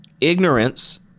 Ignorance